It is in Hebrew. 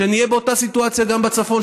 שנהיה באותה סיטואציה גם בצפון,